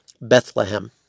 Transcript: Bethlehem